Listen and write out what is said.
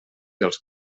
els